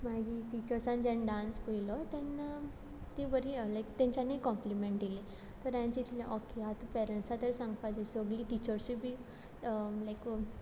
मागीर तिचर्सान जेन्न डांस पयलो तेन्ना तीं बरीं लायक तेंच्यानीय कॉम्प्लिमॅण डिले तर हांवें चिंतलें ऑके आतां पॅरण्सां तर सांगपा जाय सगलीं तिचर्सूय बी लायक